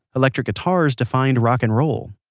electric guitars defined rock and roll,